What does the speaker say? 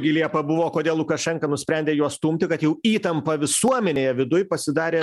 gi liepa buvo kodėl lukašenka nusprendė juos stumti kad jau įtampa visuomenėje viduj pasidarė